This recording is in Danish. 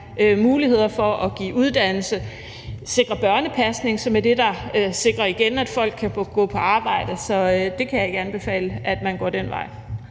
muligheder for at give uddannelse og sikre børnepasning, som igen er det, der sikrer, at folk kan gå på arbejde. Så jeg kan ikke anbefale, at man går den vej.